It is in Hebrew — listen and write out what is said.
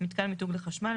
מיתקן מיתוג לחשמל,